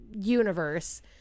universe